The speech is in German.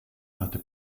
hatte